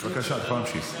בבקשה, את יכולה להמשיך.